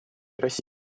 россии